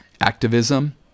activism